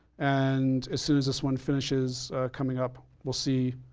and as soon as this one finishes coming up we'll see,